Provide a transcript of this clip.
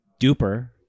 Duper